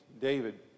David